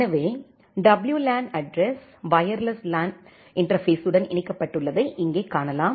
எனவே WLAN address wireless LAN இன்டர்பேஸ்ஸுடன் இணைக்கப்பட்டுள்ளதை இங்கே காணலாம்